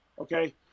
Okay